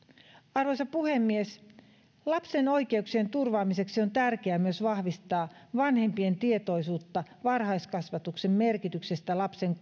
arvoisa puhemies lapsen oikeuksien turvaamiseksi on tärkeää myös vahvistaa vanhempien tietoisuutta varhaiskasvatuksen merkityksestä lapsen